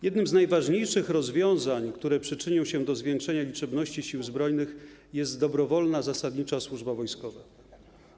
Jednym z najważniejszych rozwiązań, które przyczynią się do zwiększenia liczebności Sił Zbrojnych, jest dobrowolna zasadnicza służba wojskowa.